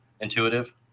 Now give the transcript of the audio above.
intuitive